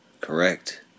Correct